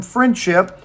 Friendship